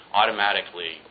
automatically